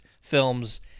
films